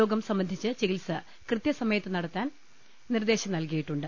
രോഗം സംബന്ധിച്ച് ചികിത്സ കൃത്യസമയത്ത് നടത്താൻ നിർദ്ദേശം നൽകിയിട്ടുണ്ട്